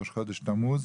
ראש חודש תמוז,